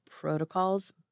protocols